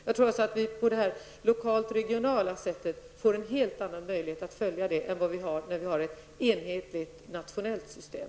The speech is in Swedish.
Jag tror att vi på det här lokalt regionala sättet får en helt annan möjlighet att följa detta än vad vi har när vi har ett enhetligt nationellt system.